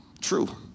true